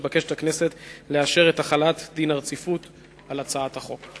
הכנסת מתבקשת לאשר את החלת דין הרציפות על הצעת החוק.